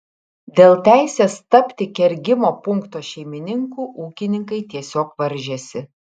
dėl teisės tapti kergimo punkto šeimininku ūkininkai tiesiog varžėsi